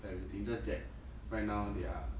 of everything just that right now they are